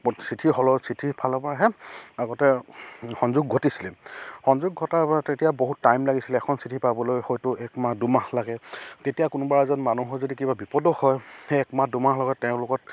চিঠি হ'লেও চিঠি ফালৰ পৰাহে আগতে সংযোগ ঘটিছিলে সংযোগ ঘটাৰ পৰা তেতিয়া বহুত টাইম লাগিছিলে এখন চিঠি পাবলৈ হয়তো এক মাহ দুমাহ লাগে তেতিয়া কোনোবা এজন মানুহৰ যদি কিবা বিপদো হয় সেই একমাহ দুমাহ লগত তেওঁৰ লগত